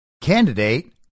candidate